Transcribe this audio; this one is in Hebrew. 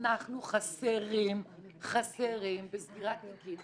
אנחנו חסרים בסגירת תיקים,